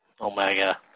Omega